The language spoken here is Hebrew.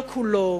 לא כולו,